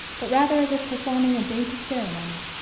but rather as if performing a dainty ceremony.